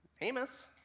Amos